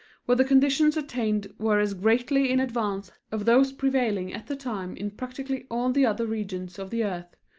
where the conditions attained were as greatly in advance of those prevailing at the time in practically all the other regions of the earth,